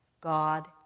God